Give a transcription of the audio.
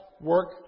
work